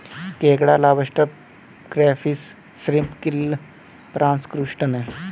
केकड़ा lobster crayfish shrimp krill prawns crustacean है